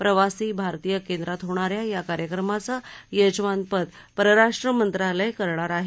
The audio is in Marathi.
प्रवासी भारतीय केंद्रात होणा या या कार्यक्रमाचं यजमानपद परराष्ट्र मंत्रालय करणार आहे